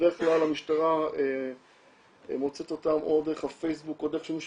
בדרך כלל המשטרה מוצאת אותן או דרך הפייסבוק או דרך שמישהו